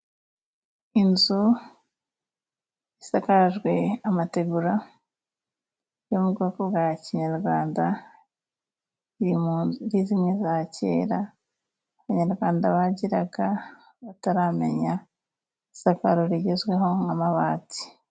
Inzu isakajwe amategura yo mu bwoko bwa Kinyarwanda iri muri zimwe za kera Abanyarwanda bagiraga bataramenya isakaro rigezweho nk'amabati.